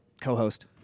co-host